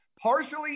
Partially